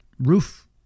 roof